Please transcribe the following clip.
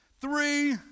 Three